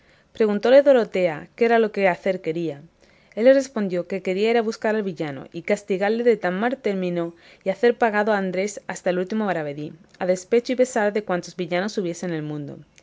comían preguntóle dorotea qué era lo que hacer quería él le respondió que quería ir a buscar al villano y castigalle de tan mal término y hacer pagado a andrés hasta el último maravedí a despecho y pesar de cuantos villanos hubiese en el mundo